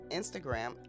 Instagram